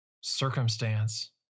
circumstance